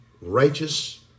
righteous